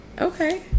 okay